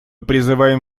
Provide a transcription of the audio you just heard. призываем